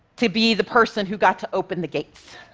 to be the person who got to open the gates.